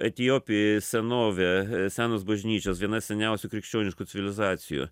etiopijoj senovė senos bažnyčios viena seniausių krikščioniškų civilizacijų